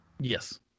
Yes